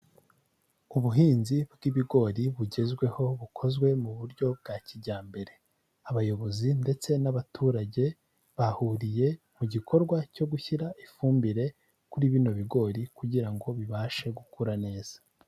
Ubuhinzi bw'ibigori bugezweho, bukozwe mu buryo bwa kijyambere. Abayobozi ndetse n'abaturage bahuriye mu gikorwa cyo gushyira ifumbire kuri bino bigori kugira ngo bibashe gukura neza.